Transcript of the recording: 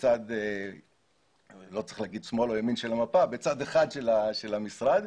בצד אחד של המשרד,